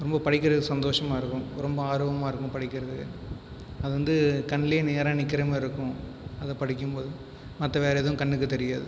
ரொம்ப படிக்கிறது சந்தோஷமாக இருக்கும் ரொம்ப ஆர்வமாகவும் இருக்கும் படிக்கிறது அது வந்து கண்லேயே நேராக நிற்கிற மாதிரி இருக்கும் அதை படிக்கும்போது மற்ற வேறு எதுவும் கண்ணுக்கு தெரியாது